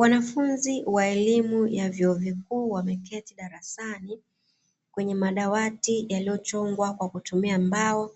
Wafunzi wa elimu ya vyuo vikuu wameketi darasani kwenye madawati yaliyochongwa kwa kutumia mbao.